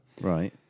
Right